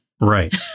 Right